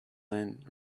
lynn